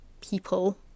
people